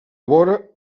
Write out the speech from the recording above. vora